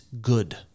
good